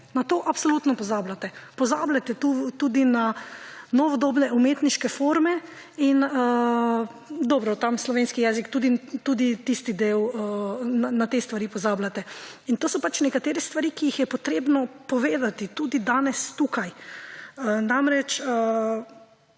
na to absolutno pozabljate. Pozabljate tudi na novo dobo umetniške forme in – dobro tam slovenski jezik tudi tisti del na te stvar pozabljate – to so nekatere stvari, ki jih je potrebno povedati tudi danes tukaj. Namreč,